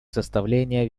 составление